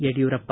Yediyurappa